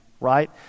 right